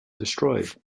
destroyed